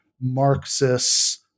Marxists